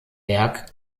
berg